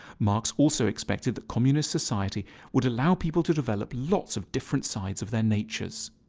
marx also expected that communist society would allow people to develop lots of different sides of their natures